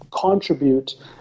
contribute